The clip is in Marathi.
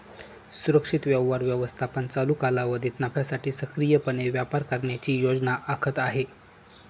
सुरक्षित व्यवहार व्यवस्थापन चालू कालावधीत नफ्यासाठी सक्रियपणे व्यापार करण्याची योजना आखत आहे